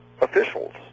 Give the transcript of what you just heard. officials